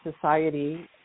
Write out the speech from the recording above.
society